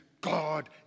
God